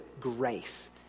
grace